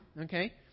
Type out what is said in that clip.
okay